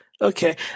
okay